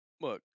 look